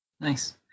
Nice